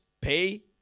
pay